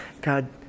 God